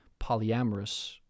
polyamorous